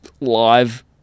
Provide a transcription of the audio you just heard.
live